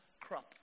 crop